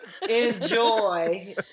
Enjoy